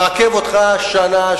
ומעכב אותך שנה,